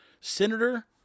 senator